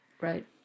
Right